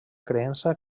creença